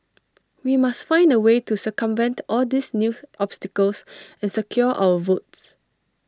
we must find A way to circumvent all these news obstacles and secure our votes